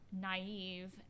naive